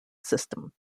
system